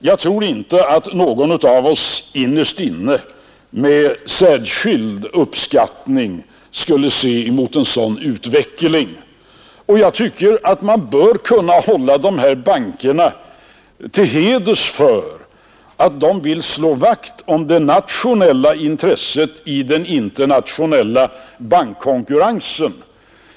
Jag tror inte att någon av oss innerst inne med särskild uppskattning skulle se en sådan utveckling, och jag tycker att de här båda bankerna bör hedras för att de vill slå vakt om det nationella intresset i den internationella bankkonkurrensen.